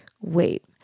wait